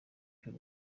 cy’u